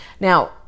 Now